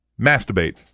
masturbate